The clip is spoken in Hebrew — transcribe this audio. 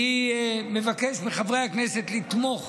אני מבקש מחברי הכנסת לתמוך